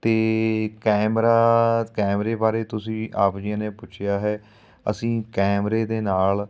ਅਤੇ ਕੈਮਰਾ ਕੈਮਰੇ ਬਾਰੇ ਤੁਸੀਂ ਆਪ ਜੀਆਂ ਨੇ ਪੁੱਛਿਆ ਹੈ ਅਸੀਂ ਕੈਮਰੇ ਦੇ ਨਾਲ